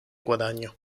guadagno